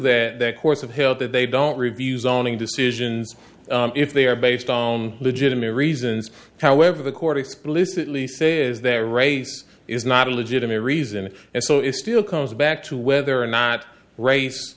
that the course of hill that they don't review zoning decisions if they are based on legitimate reasons however the court explicitly say is their race is not a legitimate reason and so it still comes back to whether or not race